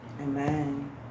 Amen